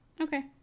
Okay